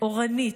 אורנית,